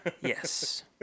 yes